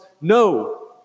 no